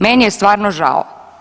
Meni je stvarno žao.